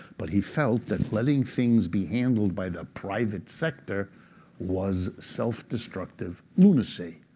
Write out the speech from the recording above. but he felt that letting things be handled by the private sector was self-destructive lunacy.